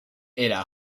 era